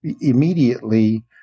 immediately